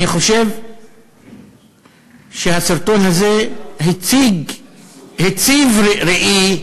אני חושב שהסרטון הזה הציב ראי,